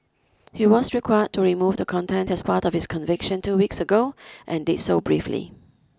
he was required to remove the content as part of his conviction two weeks ago and did so briefly